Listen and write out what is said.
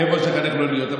איפה צריך לא להיות.